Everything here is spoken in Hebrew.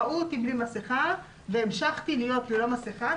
ראו אותי בלי מסכה והמשכתי להיות ללא מסכה.